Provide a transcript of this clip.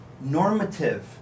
normative